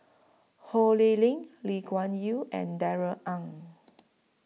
Ho Lee Ling Lee Kuan Yew and Darrell Ang